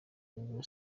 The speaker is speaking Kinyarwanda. ubu